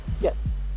Yes